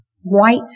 white